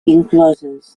incloses